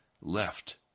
left